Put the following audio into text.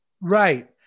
Right